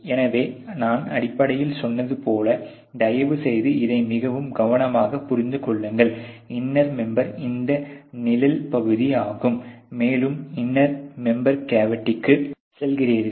எனவே நான் அடிப்படையில் சொன்னது போல் தயவுசெய்து இதை மிகவும் கவனமாகப் புரிந்து கொள்ளுங்கள் இன்னர் மெம்பெர் இந்த நிழல் பகுதி ஆகும் மேலும் இன்னர் மெம்பெரின் கேவிட்டிக்கு செல்கிறீர்கள்